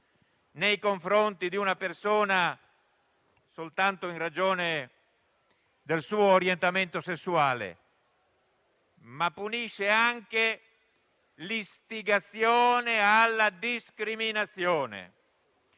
nei confronti di una persona soltanto in ragione del suo orientamento sessuale, ma punisce anche l'istigazione alla discriminazione,